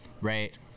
right